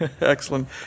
Excellent